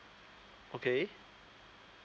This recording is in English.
okay